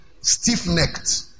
Stiff-necked